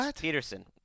Peterson